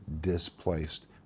displaced